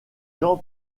jean